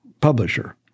publisher